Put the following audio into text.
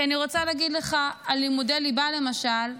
כי אני רוצה להגיד לך על לימודי ליבה, למשל,